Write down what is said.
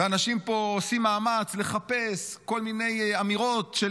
ואנשים פה עושים מאמץ לחפש כל מיני אמירות של